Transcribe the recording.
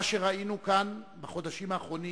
מה שראינו כאן בחודשים האחרונים,